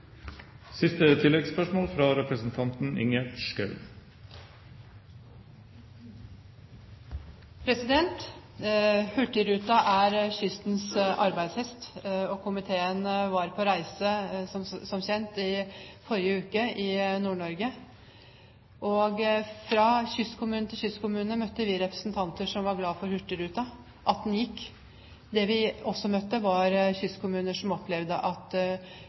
Ingjerd Schou – til siste oppfølgingsspørsmål. Hurtigruta er kystens arbeidshest. Komiteen var på reise, som kjent, i Nord-Norge i forrige uke. I kystkommune etter kystkommune møtte vi representanter som var glade for hurtigruta, glad for at den gikk. Det vi også møtte, var kystkommuner som opplevde at